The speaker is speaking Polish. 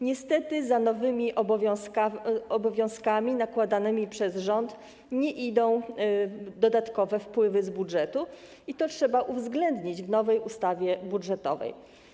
Niestety za nowymi obowiązkami nakładanymi przez rząd nie idą dodatkowe wpływy z budżetu, trzeba to więc uwzględnić w nowej ustawie budżetowej.